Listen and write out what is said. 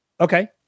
Okay